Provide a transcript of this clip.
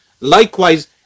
Likewise